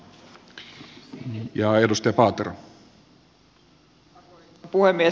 arvoisa puhemies